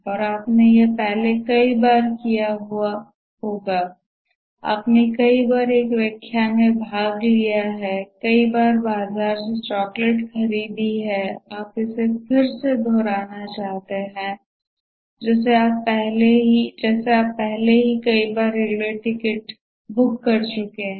और आपने यह पहले से ही कई बार किया होगा आपने कई बार एक व्याख्यान में भाग लिया है कई बार बाजार से चॉकलेट खरीदी है आप इसे फिर से दोहराना चाहते हैं आप पहले ही कई बार रेलवे टिकट बुक कर चुके हैं